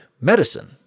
medicine